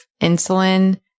insulin